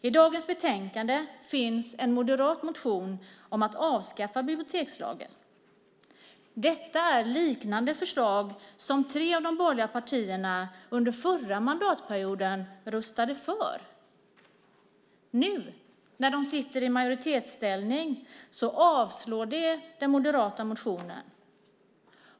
I dagens betänkande finns en moderat motion om att avskaffa bibliotekslagen. Detta förslag liknar förslag som tre av de borgerliga partierna under förra mandatperioden röstade för. Nu när de sitter i majoritetsställning yrkar de avslag på den moderata motionen.